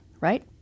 right